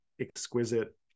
exquisite